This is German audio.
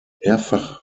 mehrfach